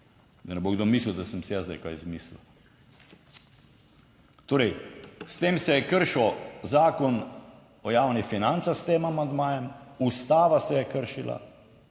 da ne bo kdo mislil, da sem si jaz zdaj kaj izmislil. Torej, s tem se je kršil Zakon o javnih financah, s tem amandmajem, Ustava se je kršila,